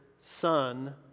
son